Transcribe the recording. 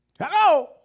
Hello